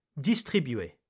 distribuer